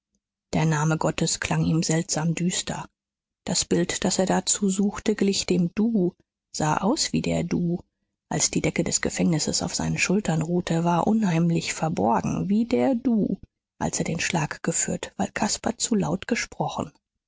der name gottes klang ihm seltsam düster das bild das er dazu suchte glich dem du sah aus wie der du als die decke des gefängnisses auf seinen schultern ruhte war unheimlich verborgen wie der du als er den schlag geführt weil caspar zu laut gesprochen